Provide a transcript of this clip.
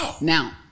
Now